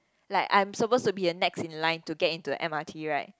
like I'm supposed to be a next in line to get into M_R_T right